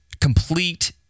complete